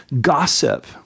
gossip